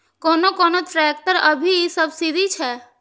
कोन कोन ट्रेक्टर अभी सब्सीडी छै?